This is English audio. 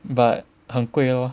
but 很贵 lor